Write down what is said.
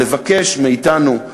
לבקש מאתנו,